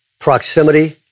proximity